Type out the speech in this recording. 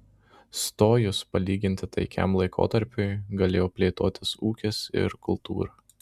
stojus palyginti taikiam laikotarpiui galėjo plėtotis ūkis ir kultūra